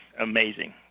amazing